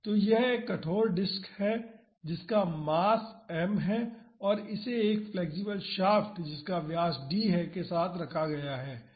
तो यह एक कठोर डिस्क है जिसका मास m है और इसे इस फ्लेक्सिबल शाफ्ट जिसका व्यास d है के साथ रखा गया है